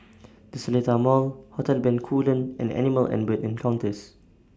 The Seletar Mall Hotel Bencoolen and Animal and Bird Encounters